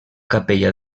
capella